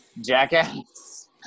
jackass